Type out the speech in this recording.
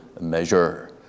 measure